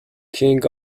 king